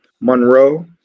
Monroe